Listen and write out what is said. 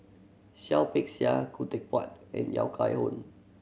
Seah Peck Seah Khoo Teck Puat and Yahya Cohen